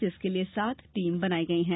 जिसके लिये सात टीम बनाई गई है